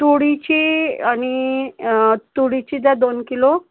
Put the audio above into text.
तुरीची आणि तुरीची द्या दोन किलो